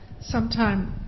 sometime